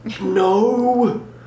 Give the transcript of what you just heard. no